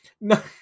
No